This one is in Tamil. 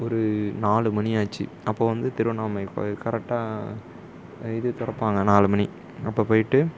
ஒரு நாலு மணி ஆச்சு அப்போது வந்து திருவண்ணாமலை கோவில் கரெக்டாக இது திறப்பாங்க நாலு மணி அப்போது போய்ட்டு